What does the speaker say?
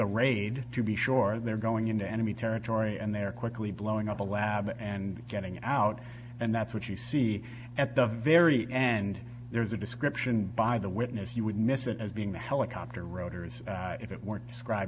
raid to be sure they're going into enemy territory and they're quickly blowing up the lab and getting out and that's what you see at the very end there's a description by the witness you would miss it as being the helicopter rotors if it weren't scribe